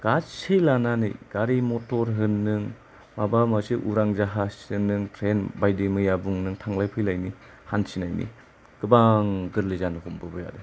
गासै लानानै गारि मटर होन नों माबा मोनसे उरां जाहाज जों नों ट्रेन बायदि मैया बुं नों थांलाय फैलायनि हान्थिनायनि गोबां गोरलै जानो हमबोबाय आरो